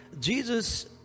Jesus